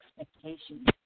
expectations